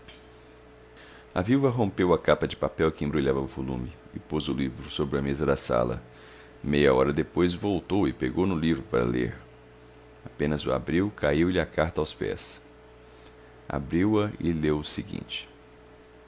a viúva rompeu a capa de papel que embrulhava o volume e pôs o livro sobre a mesa da sala meia hora depois voltou e pegou no livro para ler apenas o abriu caiu-lhe a carta aos pés abriu-a e leu o seguinte